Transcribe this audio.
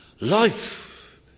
Life